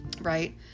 right